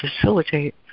facilitate